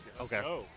Okay